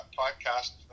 podcast